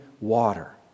water